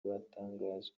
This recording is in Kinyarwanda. batangajwe